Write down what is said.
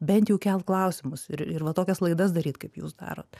bent jau kelk klausimus ir va tokias laidas daryt kaip jūs darot